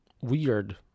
weird